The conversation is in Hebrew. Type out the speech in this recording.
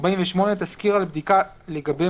(48)תסקיר על בדיקה לגבי